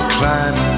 climb